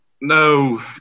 no